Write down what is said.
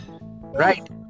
Right